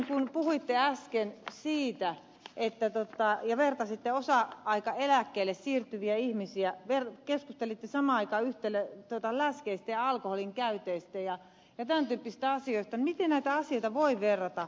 kun puhuitte äsken siitä ja vertasitte osa aikaeläkkeelle siirtyviä ihmisiä keskustelitte samaan aikaan läskeistä ja alkoholin käytöstä ja tämän tyyppisistä asioista niin miten näitä asioita voi verrata